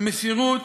מסירות,